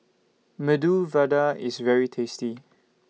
Medu Vada IS very tasty